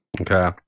Okay